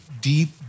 deep